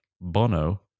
Bono